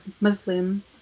Muslim